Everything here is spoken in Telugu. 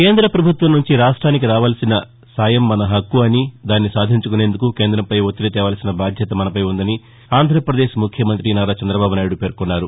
కేంద్ర ప్రభుత్వం నుంచి రాష్ట్రానికి రావాల్సిన సాయం మన హక్కు అని దాన్ని సాధించుకునేందుకు కేంద్రంపై ఒత్తిడి తేవాల్సిన బాధ్యత మనపై ఉందని ఆంధ్రప్రదేశ్ ముఖ్యమంత్రి నారా చంద్రబాబు నాయుడు పేర్కొన్నారు